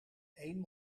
één